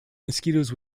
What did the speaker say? mosquitoes